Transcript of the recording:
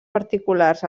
particulars